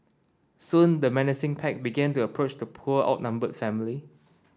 soon the menacing pack began to approach the poor outnumbered family